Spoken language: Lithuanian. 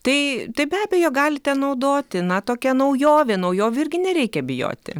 tai be abejo galite naudoti na tokia naujovė naujovių irgi nereikia bijoti